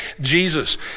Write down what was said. jesus